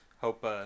Hope